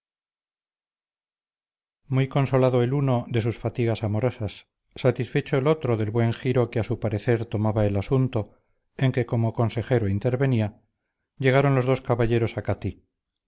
muy consolado el uno en sus fatigas amorosas satisfecho el otro del buen giro que a su parecer tomaba el asunto en que como consejero intervenía llegaron los dos caballeros a catí